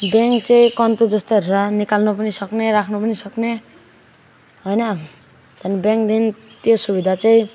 bank चाहिँ कन्तुर जस्तै र निकाल्नु पनि सक्ने राख्नु पनि सक्ने होइन त्यहाँ ब्याङ्कदेखि त्यो सुविधा चाहिँ